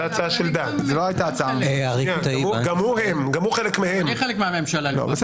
גם הוא חלק מהם.